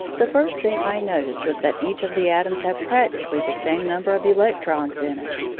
the first thing i noticed was that each of the atoms had practically the same number of electrons in it.